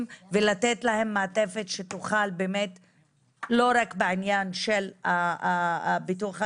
ולתת להם מעטפת לא רק בעניין של הביטוח הלאומי,